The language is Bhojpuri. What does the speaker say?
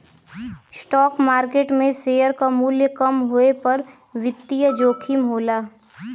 स्टॉक मार्केट में शेयर क मूल्य कम होये पर वित्तीय जोखिम होला